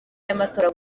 y’amatora